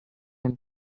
him